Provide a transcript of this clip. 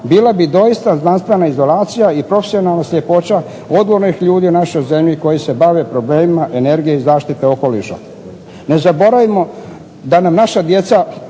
Bila bi doista znanstvena izolacija i profesionalna sljepoća odgovornih ljudi u našoj zemlji koji se bave problemima energije i zaštite okoliša. Ne zaboravimo da nam naša djeca